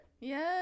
Yes